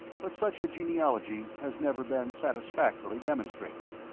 but such a genealogy has never been satisfactorily demonstrated.